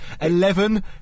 eleven